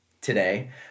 today